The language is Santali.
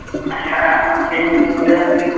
ᱦᱮᱸ ᱤᱧᱨᱮᱱ